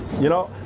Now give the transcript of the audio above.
you know.